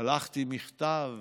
שלחתי מכתב